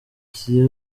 cya